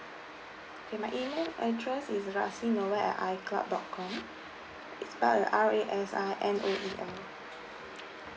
okay my email address is rasinoel at I cloud dot com it spell as R A S I N O E L